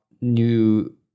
new